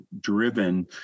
driven